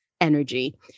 energy